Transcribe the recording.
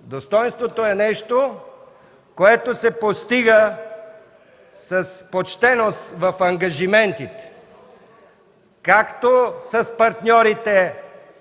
Достойнството е нещо, което се постига с почтеност в ангажиментите както с партньорите,